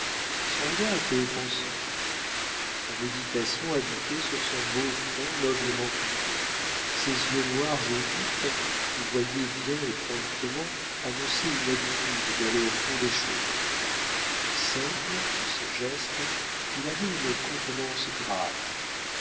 son regard était penseur la méditation habitait sur son beau front noblement coupé ses yeux noirs et vifs qui voyaient bien et promptement annonçaient une habitude d'aller au fond des choses simple en ses gestes il avait une contenance grave